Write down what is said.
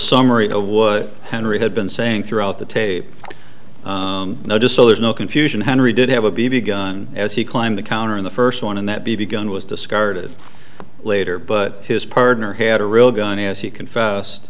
summary of what henry had been saying throughout the tape no just so there's no confusion henry did have a b b gun as he climbed the counter in the first one and that b b gun was discarded later but his partner had a real gun as he confessed